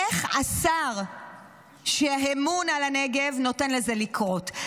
איך השר שאמון על הנגב נותן לזה לקרות?